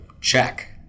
check